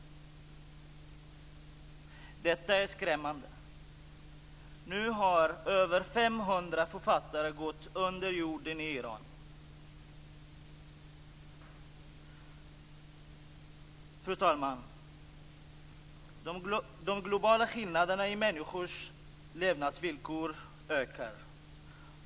Detta är skrämmande. Nu har över 500 författare gått under jorden i Iran. Fru talman! De globala skillnaderna i människors levnadsvillkor ökar.